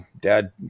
dad